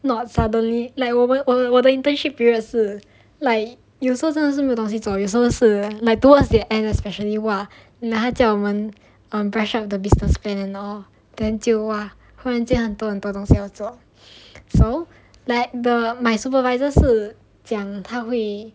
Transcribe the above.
not suddenly like 我们我我的 internship period 是 like 有时候真的是没有东西做有时候是 like towards the end especially !wah! 他叫我们你懂 brush up the business plan and all then 就忽然间有很多很多东西要做 so like the my supervisor 是讲他会